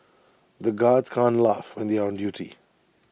the guards can't laugh when they are on duty